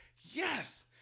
Yes